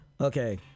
Okay